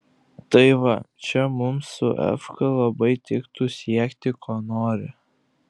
tai va čia mums su efka labai tiktų siekti ko nori